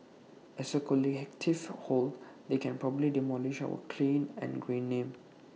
as A collective whole they can probably demolish our clean and green name